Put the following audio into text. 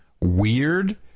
weird